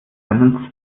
seinen